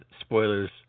spoilers